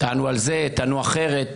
טענו על זה, טענו אחרת.